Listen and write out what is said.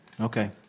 Okay